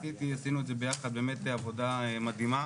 CT. עשינו את ביחד באמת עבודה מדהימה,